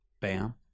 Bam